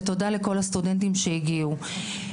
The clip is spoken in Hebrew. ותודה לכל הסטודנטים שהגיעו.